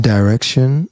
Direction